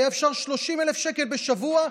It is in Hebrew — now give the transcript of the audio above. היה אפשר להגיע ל-30,000 שקל בשבוע,